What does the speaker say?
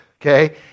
okay